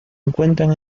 encuentran